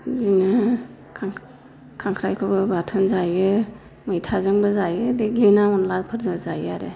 बिदिनो खांख्राइखौबो बाथोन जायो मैथाजोंबो जायो देग्लिना अनद्लाफोरजों जायो आरो